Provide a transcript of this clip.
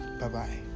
Bye-bye